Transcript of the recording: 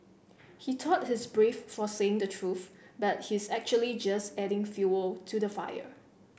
he thought he's brave for saying the truth but he's actually just adding fuel to the fire